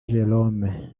jerome